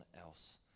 else